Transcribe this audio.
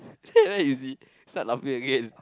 there there you see start laughing again